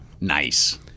Nice